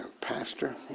pastor